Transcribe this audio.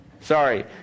Sorry